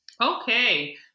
Okay